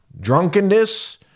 drunkenness